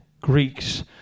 Greeks